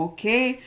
Okay